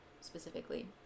specifically